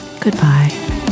Goodbye